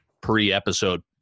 pre-episode